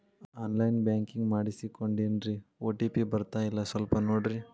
on line banking ಮಾಡಿಸ್ಕೊಂಡೇನ್ರಿ OTP ಬರ್ತಾಯಿಲ್ಲ ಸ್ವಲ್ಪ ನೋಡ್ರಿ